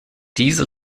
diese